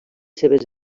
seves